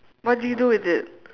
what do you do with it